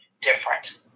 different